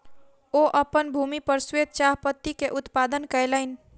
ओ अपन भूमि पर श्वेत चाह पत्ती के उत्पादन कयलैन